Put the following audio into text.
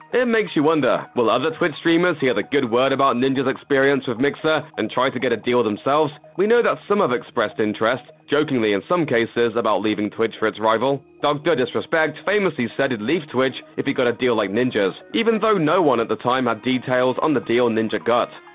it makes you wonder will other twitch streamers hear the good word about ninja's experience with mixer and try to get a deal themselves? we know that some have expressed interest jokingly in some cases about leaving twitch for its rival. dr disrespect famously said he'd leave twitch if he got a deal like ninja's, even though no one at the time had details on the deal ninja got.